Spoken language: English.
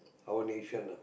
our nation ah